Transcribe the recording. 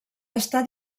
està